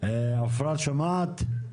עופרה שומעת?